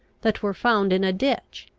that were found in a ditch,